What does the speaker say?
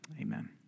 Amen